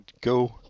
Go